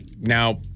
now